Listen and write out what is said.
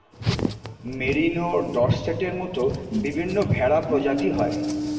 merino, ডর্সেটের মত বিভিন্ন ভেড়া প্রজাতি হয়